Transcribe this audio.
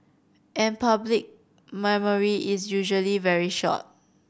and public memory is usually very short